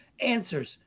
answers